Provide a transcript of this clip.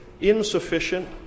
insufficient